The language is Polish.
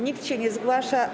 Nikt się nie zgłasza.